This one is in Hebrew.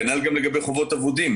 כנ"ל גם לגבי חובות אבודים.